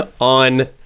on